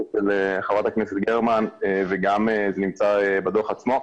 אצל ח"כ גרמן וגם זה נמצא בדו"ח עצמו.